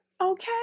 Okay